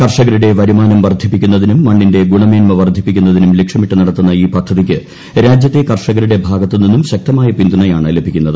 കർഷകരുടെ വരുമാനം വർദ്ധിപ്പിക്കുന്നതിനും മണ്ണിന്റെ ഗുണമേൻമ വർദ്ധിപ്പിക്കുന്നതും ലക്ഷ്യമിട്ട് നടത്തുന്ന ഈ പദ്ധതിക്ക് രാജ്യത്തെ കർഷകരുടെ ഭാഗത്തു നിന്നും ശക്തമായ പിന്തുണയാണ് ലഭിക്കുന്നത്